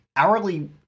Hourly